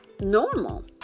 normal